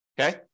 okay